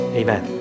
amen